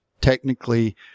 technically